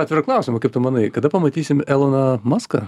atvirą klausimą kaip tu manai kada pamatysim eloną maską